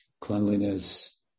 cleanliness